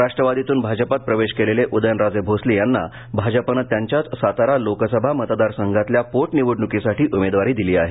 राष्ट्रवादीतून भाजपात प्रवेश केलेले उदयनराजे भोसले यांना भाजपानं त्यांच्याच सातारा मतदारसंघातल्या लोकसभेच्या पोटनिवडणुकीसाठी उमेदवारी दिली आहे